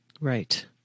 Right